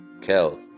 Kel